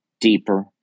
deeper